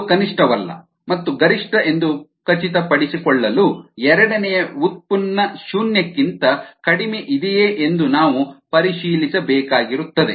ಅದು ಕನಿಷ್ಠವಲ್ಲ ಮತ್ತು ಗರಿಷ್ಠ ಎಂದು ಖಚಿತಪಡಿಸಿಕೊಳ್ಳಲು ಎರಡನೆಯ ವ್ಯುತ್ಪನ್ನ ಶೂನ್ಯಕ್ಕಿಂತ ಕಡಿಮೆಯಿದೆಯೇ ಎಂದು ನಾವು ಪರಿಶೀಲಿಸಬೇಕಾಗಿರುತ್ತದೆ